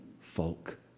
Folk